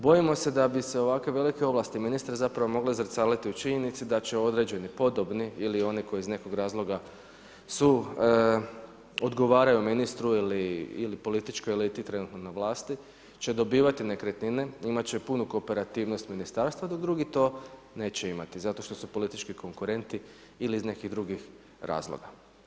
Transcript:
Bojimo se da bi se ovakve velike ovlasti ministra zapravo mogle zrcaliti u činjenici da će određeni podobni ili oni koji iz nekog razloga su odgovaraju ministru ili političkoj eliti trenutno na vlasti, će dobivati nekretnine, imat će punu kooperativnost ministarstva dok drugi to neće imati zato što su politički konkurenti ili iz nekih drugih razloga.